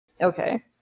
Okay